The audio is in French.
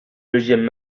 deuxièmes